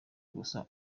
gusa